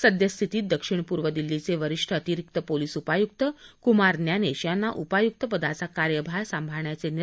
सद्यस्थितीत दक्षिण पूर्व दिल्लीचे वरिष्ठ अतिरिक्त पोलीस उपायुक्त कुमार ज्ञानेश यांना उपायुक्त पदाचा कार्यभार सांभाळण्याचे निर्देश दिले आहेत